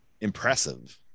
impressive